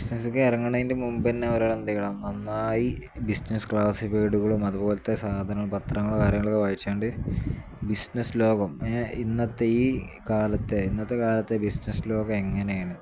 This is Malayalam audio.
ബിസിനസ്സക്കെ ഇറങ്ങുന്നതിൻ്റെ മുമ്പന്നെ ഒരാൾ എന്ത് ചെയ്യണം നന്നായി ബിസിനസ്സ് ക്ലാസിഫേഡുകളും അതുപോലത്തെ സാധനം പത്രങ്ങളും കാര്യങ്ങളൊക്കെ വായിച്ചോണ്ട് ബിസിനസ് ലോകം ഇന്നത്തെ ഈ കാലത്തെ ഇന്നത്തെ കാലത്തെ ബിസിനസ് ലോകം എങ്ങനെയാണ്